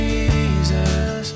Jesus